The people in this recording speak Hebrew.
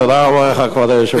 תודה רבה לך, כבוד היושב-ראש.